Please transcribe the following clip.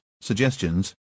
suggestions